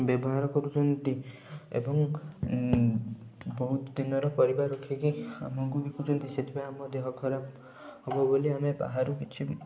ବ୍ୟବହାର କରୁଛନ୍ତି ଏବଂ ବହୁତ ଦିନର ପରିବା ରଖିକି ଆମକୁ ବିକୁଛନ୍ତି ସେଥିପାଇଁ ଆମ ଦେହ ଖରାପ ହେବ ବୋଲି ଆମେ ବାହାରୁ କିଛି ବି